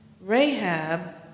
Rahab